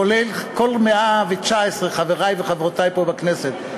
כולל כל 119 חברי וחברותי פה בכנסת,